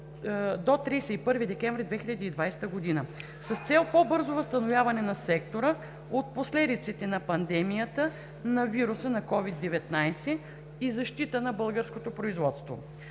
до 31 декември 2021 г., с цел по-бързо възстановяване на сектора от последиците от пандемията на вируса на COVID-19 и защита на българското производство.